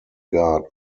guard